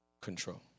control